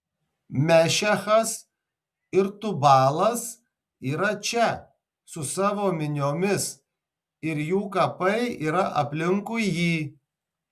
mešechas ir tubalas yra čia su savo miniomis ir jų kapai yra aplinkui jį